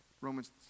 Romans